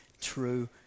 true